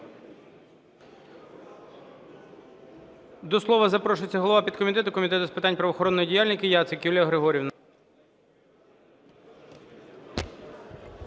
До слова запрошується голова підкомітету Комітету з питань правоохоронної діяльності Яцик Юлія Григорівна.